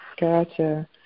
Gotcha